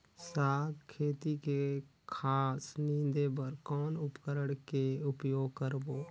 साग खेती के घास निंदे बर कौन उपकरण के उपयोग करबो?